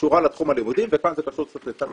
קשורה לתחום הלימודים וכאן זה פשוט קשור לתעסוקה,